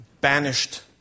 banished